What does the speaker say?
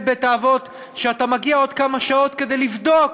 בית-האבות שאתה מגיע בעוד כמה שעות כדי לבדוק